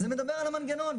זה מדבר על המנגנון,